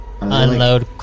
Unload